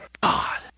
God